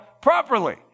properly